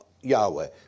Yahweh